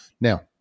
now